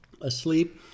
asleep